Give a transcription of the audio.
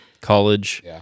college